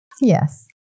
Yes